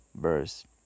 verse